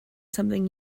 something